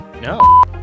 No